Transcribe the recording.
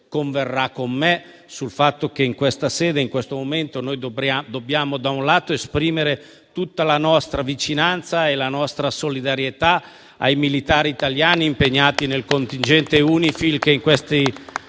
converrà con me sul fatto che in questa sede e in questo momento noi dobbiamo esprimere tutta la nostra vicinanza e la nostra solidarietà ai militari italiani impegnati nel contingente della Forza di